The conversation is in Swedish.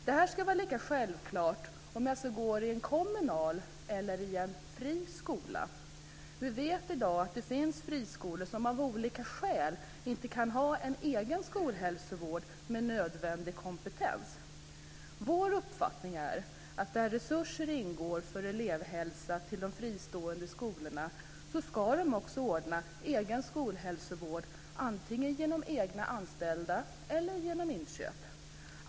Detta ska vara lika självklart om jag så går i en kommunal skola eller en friskola. Vi vet att det finns friskolor som av olika skäl inte kan ha en egen skolhälsovård med erforderlig kompetens. Vår uppfattning är att där resurser ingår för elevhälsa till de fristående skolorna ska de också ordna egen skolhälsovård, antingen genom egna anställda eller genom inköp.